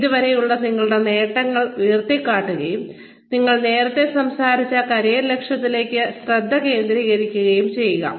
അതിൽ ഇതുവരെയുള്ള നിങ്ങളുടെ നേട്ടങ്ങൾ ഉയർത്തിക്കാട്ടുകയും നിങ്ങൾ നേരത്തെ സംസാരിച്ച കരിയർ ലക്ഷ്യത്തിലേക്ക് ശ്രദ്ധ കേന്ദ്രീകരിക്കുകയും ചെയ്യുക